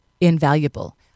Invaluable